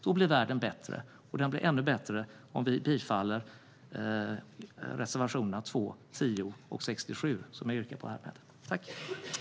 Då blir världen bättre - och den blir ännu bättre med reservationerna 2, 10 och 67, som jag härmed yrkar bifall till.